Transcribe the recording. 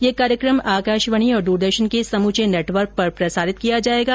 यह कार्यक्रम आकाशवाणी और द्रदर्शन के समुचे नेटवर्क पर प्रसारित किया जाएगा